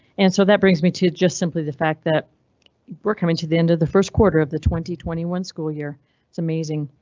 and so that brings me to just simply the fact that we're coming to the end of the first quarter of the twenty twenty one school year is amazing.